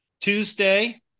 Tuesday